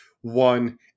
one